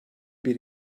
bir